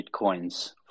Bitcoins